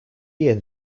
year